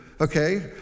okay